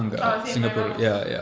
oh same my mom also